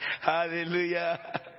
Hallelujah